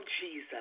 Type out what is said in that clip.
Jesus